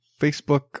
Facebook